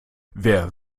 wer